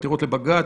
בעתירות לבג"ץ,